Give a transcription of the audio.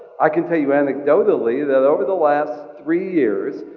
i can tell you anecdotally that over the last three years,